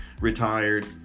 retired